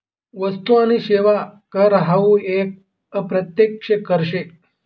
वस्तु आणि सेवा कर हावू एक अप्रत्यक्ष कर शे